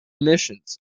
missions